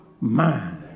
mind